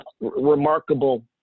remarkable